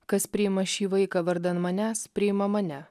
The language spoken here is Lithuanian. kas priima šį vaiką vardan manęs priima mane